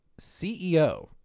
CEO